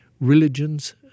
religions